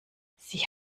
sie